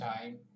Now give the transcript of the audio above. time